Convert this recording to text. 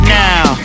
now